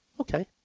Okay